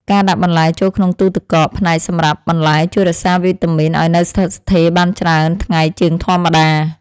ការដាក់បន្លែចូលក្នុងទូទឹកកកផ្នែកសម្រាប់បន្លែជួយរក្សាវីតាមីនឱ្យនៅស្ថិតស្ថេរបានច្រើនថ្ងៃជាងធម្មតា។